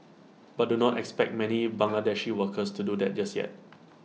but do not expect many Bangladeshi workers to do that just yet